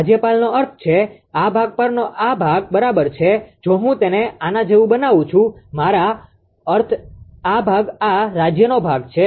રાજ્યપાલનો અર્થ છે આ ભાગ પરનો આ ભાગ બરોબર છે જો હું તેને આના જેવું બનાવું છું મારો અર્થ આ ભાગ આ રાજ્યનો ભાગ છે